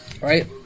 right